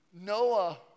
Noah